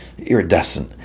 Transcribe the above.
Iridescent